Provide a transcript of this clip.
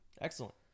Excellent